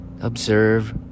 Observe